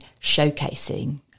showcasing